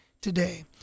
today